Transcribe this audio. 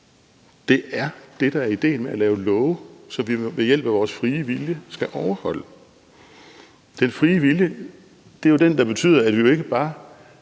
Det er det, der er ideen: at lave love, som vi med hjælp af vores frie vilje kan overholde. Den frie vilje er jo den, der betyder, at vi ikke bare